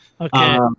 okay